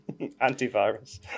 Antivirus